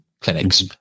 clinics